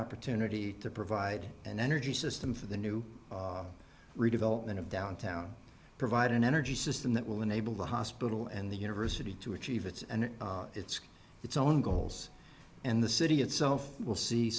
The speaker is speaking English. opportunity to provide an energy system for the new redevelopment of downtown provide an energy system that will enable the hospital and the university to achieve its and its its own goals and the city itself will see